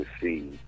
see